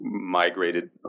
migrated